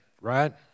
right